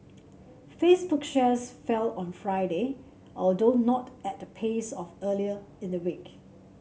Facebook shares fell on Friday although not at the pace of earlier in the week